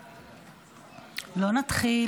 בבקשה.